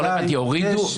הורידו?